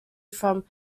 from